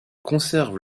conservent